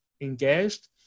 engaged